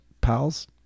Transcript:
pals